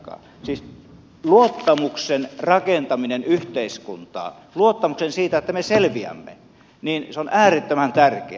siis luottamuksen rakentaminen yhteiskuntaan luottamuksen siitä että me selviämme on äärettömän tärkeä